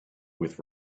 with